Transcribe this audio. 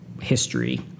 history